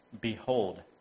behold